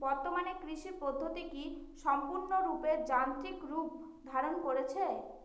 বর্তমানে কৃষি পদ্ধতি কি সম্পূর্ণরূপে যান্ত্রিক রূপ ধারণ করেছে?